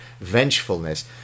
vengefulness